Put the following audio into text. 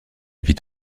vit